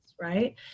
right